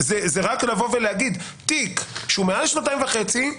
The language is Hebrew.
זה רק לבוא ולהגיד: תיק, שהוא מעל שנתיים וחצי,